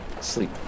sleep